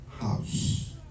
house